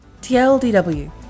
TLDW